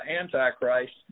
Antichrist